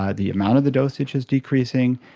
ah the amount of the dosage is decreasing.